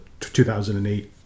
2008